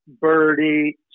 birdie